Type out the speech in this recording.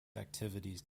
activities